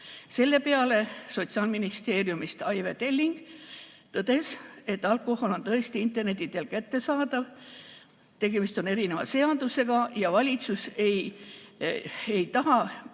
Selle peale Sotsiaalministeeriumist Aive Telling tõdes, et alkohol on tõesti interneti teel kättesaadav. Tegemist on erineva seadusega ja valitsus ei taha